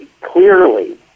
clearly